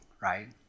right